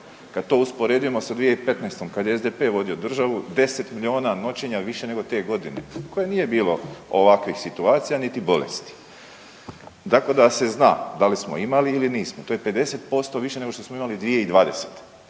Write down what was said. Kad to usporedimo sa 2015. kad je SDP vodio državu, 10 milijuna noćenja više nego te godine u kojoj nije bilo ovakvih situacija niti bolesti. Tako da se zna da li smo imali ili nismo. To je 50% više nego što smo imali 2020..